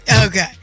Okay